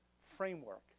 framework